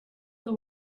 that